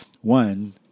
One